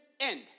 end